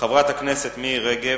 הזכות לדיור הולם, של חברת הכנסת מירי רגב.